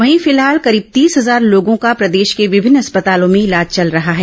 वहीं फिलहाल करीब तीस हजार लोगों का प्रदेश के विभिन्न अस्पतालों में इलाज चल रहा है